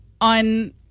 on